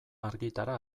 argitara